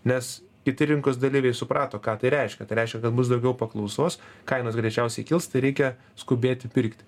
nes kiti rinkos dalyviai suprato ką tai reiškia tai reiškia kad bus daugiau paklausos kainos greičiausiai kils tai reikia skubėti pirkti